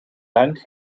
dank